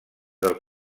del